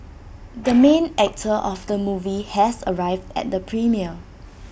the main actor of the movie has arrived at the premiere